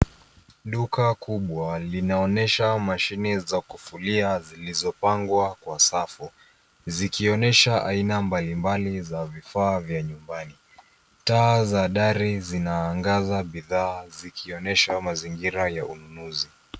Duka kubwa linaonyesha mashine za kufulia zilizopangwa kwa safu zikionyesha aina mbalimbali za vifaa vya nyumbani. Taa za dari zinaangaza bidhaa zikionyesha mazingira ya ununuzi.